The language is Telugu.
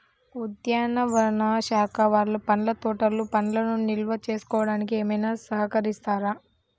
ఉద్యానవన శాఖ వాళ్ళు పండ్ల తోటలు పండ్లను నిల్వ చేసుకోవడానికి ఏమైనా సహకరిస్తారా?